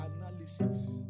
analysis